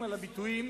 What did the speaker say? לאחר שלוש שנים.